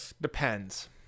Depends